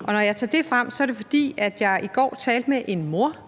og når jeg tager det frem, er det, fordi jeg i går talte med en mor,